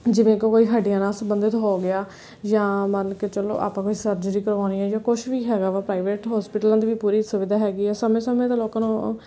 ਜਿਵੇਂ ਕਿ ਕੋਈ ਹੱਡੀਆਂ ਨਾਲ ਸੰਬੰਧਿਤ ਹੋ ਗਿਆ ਜਾਂ ਮੰਨ ਕੇ ਚੱਲੋ ਆਪਾਂ ਕੋਈ ਸਰਜਰੀ ਕਰਵਾਉਣੀ ਹੈ ਜਾਂ ਕੁਛ ਵੀ ਹੈਗਾ ਵਾ ਪ੍ਰਾਈਵੇਟ ਹੋਸਪਿਟਲਾਂ ਦੀ ਵੀ ਪੂਰੀ ਸੁਵਿਧਾ ਹੈਗੀ ਆ ਸਮੇਂ ਸਮੇਂ 'ਤੇ ਲੋਕਾਂ ਨੂੰ